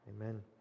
Amen